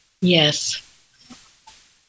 Yes